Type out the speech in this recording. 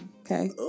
Okay